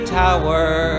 tower